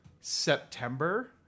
September